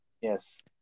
Yes